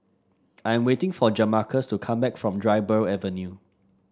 I am waiting for Jamarcus to come back from Dryburgh Avenue